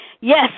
yes